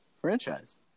franchise